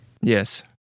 Yes